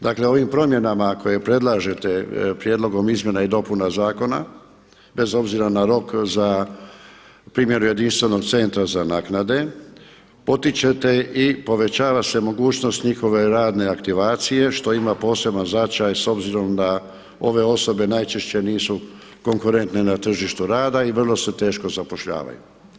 Dakle, ovim promjenama koje predlažete prijedlogom izmjena i dopuna zakona, bez obzira na rok za primjenu jedinstvenog centra za naknade potičete i povećava se mogućnost njihove radne aktivacije što ima posebni značaj s obzirom da ove osobe najčešće nisu konkurentne na tržištu rada i vrlo se teško zapošljavaju.